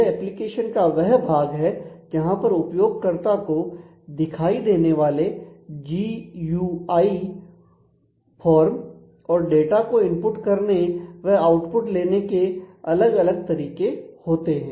यह एप्लीकेशन का वह भाग है जहां पर उपयोगकर्ता को दिखाई देने वाले जी यू आई फॉर्म और डाटा को इनपुट करने व आउटपुट लेने के अलग अलग तरीके होते हैं